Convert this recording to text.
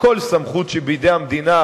כל סמכות שבידי המדינה,